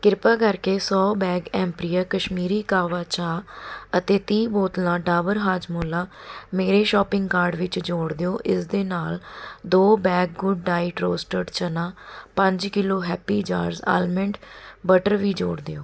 ਕ੍ਰਿਪਾ ਕਰਕੇ ਸੌ ਬੈਗ ਐਮਪੀਰੀਆ ਕਸ਼ਮੀਰੀ ਕਾਹਵਾ ਚਾਹ ਅਤੇ ਤੀਹ ਬੋਤਲਾਂ ਡਾਬਰ ਹਾਜਮੌਲਾ ਮੇਰੇ ਸ਼ੋਪਿੰਗ ਕਾਰਟ ਵਿੱਚ ਜੋੜ ਦਿਓ ਇਸ ਦੇ ਨਾਲ ਦੋ ਬੈਗ ਗੁੱਡਡਾਇਟ ਰੋਸਟਡ ਚਨਾ ਪੰਜ kilo Happy Jars almond butter ਵੀ ਜੋੜ ਦਿਓ